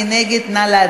מי נגד?